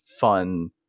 fun